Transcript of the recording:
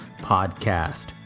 podcast